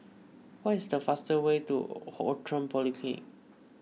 what is the fastest way to Outram Polyclinic